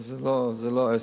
אז זה לא עסק.